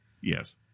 Yes